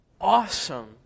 awesome